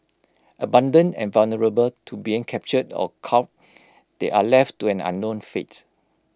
abandoned and vulnerable to being captured or call they are left to an unknown fate